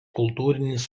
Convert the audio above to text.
kultūrinis